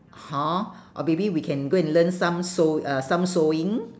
hor or maybe we can go and learn some sew uh some sewing